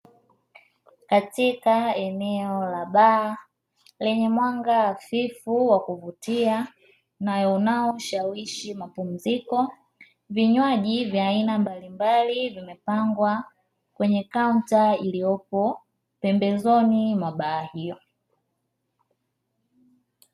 Katika eneo la baa lenye mwanga hafifu wa kuvutia na unaoshawishi mapumziko, vinywaji vya aina mbalimbali vimepangwa kwenye kaunta iliyopo pembezoni mwa baa hiyo.